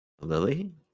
Lily